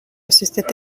assisted